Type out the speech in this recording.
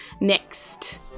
next